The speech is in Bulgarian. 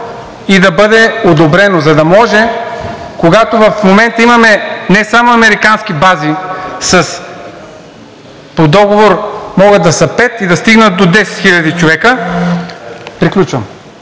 и да бъде одобрено, за да може, когато в момента имаме не само американски бази, по договор могат да са пет и да стигнат до 10 хил. човека…